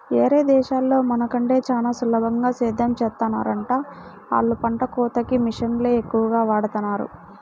యేరే దేశాల్లో మన కంటే చానా సులభంగా సేద్దెం చేత్తన్నారంట, ఆళ్ళు పంట కోతకి మిషన్లనే ఎక్కువగా వాడతన్నారు